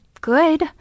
good